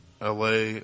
la